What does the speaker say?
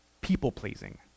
people-pleasing